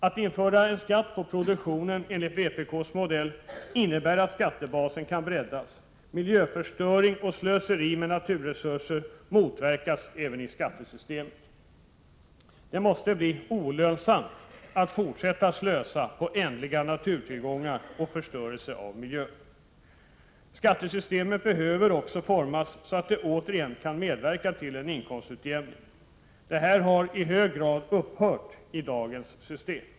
Att införa en skatt på produktionen enligt vpk:s modell innebär att skattebasen kan breddas och att miljöförstöring och slöseri med naturresurser motverkas även i skattesystemet. Det måste bli olönsamt att fortsätta slösa med ändliga naturtillgångar och att förstöra miljön. Skattesystemet behöver också utformas så, att det återigen kan medverka till inkomstutjämning. Detta har i hög grad upphört i dagens system.